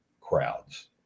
crowds